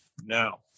Now